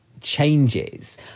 changes